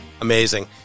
amazing